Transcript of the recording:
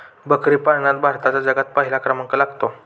बकरी पालनात भारताचा जगात पहिला क्रमांक लागतो